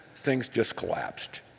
things just collapsed.